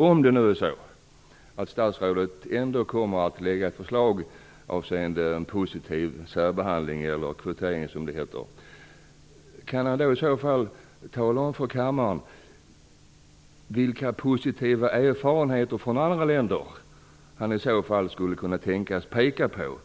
Om statsrådet ändå kommer att lägga fram ett förslag avseende en positiv särbehandling, eller kvotering som det heter, kan statsrådet då tala om för kammaren vilka positiva erfarenheter från andra länder han kan tänkas peka på?